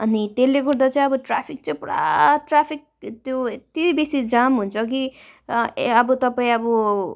अनि त्यसले गर्दा चाहिँ अब ट्रापिक चाहिँ पुरा ट्राफिक त्यो यति बेसी जाम हुन्छ कि ए अँ अब तपाईँ अब